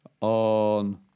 On